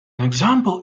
example